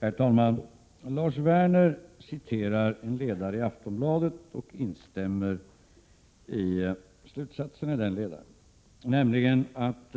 Herr talman! Lars Werner citerar en ledare i Aftonbladet och instämmer i slutsatsen i denna, nämligen att